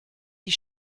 die